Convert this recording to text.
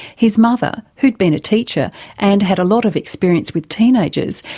his mother, who'd been a teacher and had a lot of experience with teenagers,